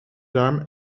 darm